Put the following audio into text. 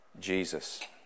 Jesus